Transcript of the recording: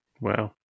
Wow